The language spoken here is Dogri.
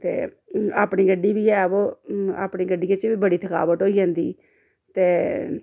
ते अपनी गड्डी बी ऐ अवो अपनी गड्डी बिच्च बी बड़ी थकावट होई जंदी ते